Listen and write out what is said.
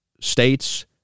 states